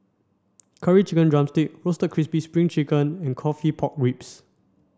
curry chicken drumstick roasted crispy spring chicken and coffee pork ribs